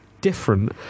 different